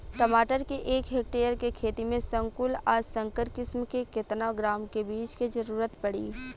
टमाटर के एक हेक्टेयर के खेती में संकुल आ संकर किश्म के केतना ग्राम के बीज के जरूरत पड़ी?